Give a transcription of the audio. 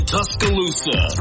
Tuscaloosa